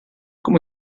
como